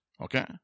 Okay